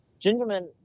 Gingerman